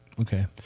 Okay